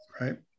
Right